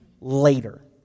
later